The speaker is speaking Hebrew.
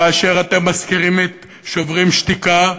כאשר אתם מזכירים לי את "שוברים שתיקה"